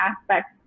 aspects